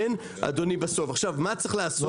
מה צריך לעשות?